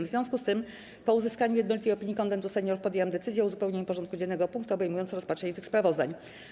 W związku z tym, po uzyskaniu jednolitej opinii Konwentu Seniorów, podjęłam decyzję o uzupełnieniu porządku dziennego o punkty obejmujące rozpatrzenie tych sprawozdań.